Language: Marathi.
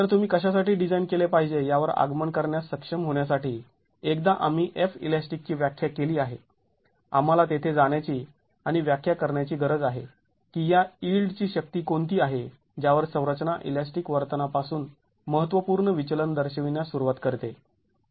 तर तुम्ही कशासाठी डिझाईन केले पाहिजे यावर आगमन करण्यास सक्षम होण्यासाठी एकदा आम्ही Felastic ची व्याख्या केली की आम्हाला तेथे जाण्याची आणि व्याख्या करण्याची गरज आहे की या यिल्डची शक्ती कोणती आहे ज्यावर संरचना इलॅस्टिक वर्तना पासून महत्त्वपूर्ण विचलन दर्शविण्यास सुरुवात करते